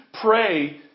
pray